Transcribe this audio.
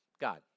God